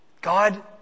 God